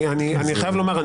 אני חייב לומר,